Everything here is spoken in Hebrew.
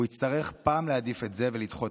והוא יצטרך פעם להעדיף את זה ולדחות